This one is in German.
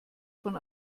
von